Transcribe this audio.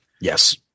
Yes